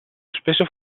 spesso